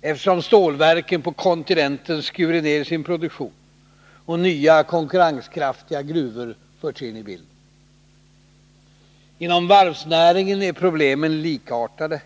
eftersom stålverken på kontinenten skurit ner sin produktion och nya, konkurrenskraftiga gruvor förts in i bilden. Inom varvsnäringen är problemen likartade.